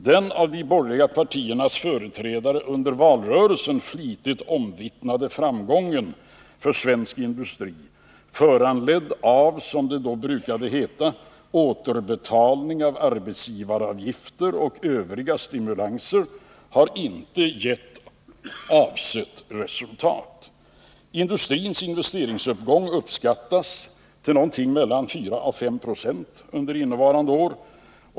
Den av de borgerliga partiernas företrädare under valrörelsen flitigt omvittnade framgången för svensk industri, föranledd av — som det då brukade heta — återbetalning av arbetsgivaravgifter och övriga stimulanser, har inte blivit vad man hoppades. Industrins investeringsuppgång uppskattas till mellan 4 och 5 96 under innevarande år.